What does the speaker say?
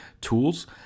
tools